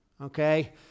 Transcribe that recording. Okay